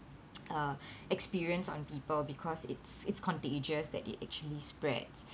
uh experience on people because it's it's contagious that it actually spreads